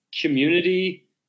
community